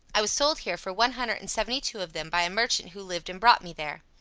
i was sold here for one hundred and seventy-two of them by a merchant who lived and brought me there.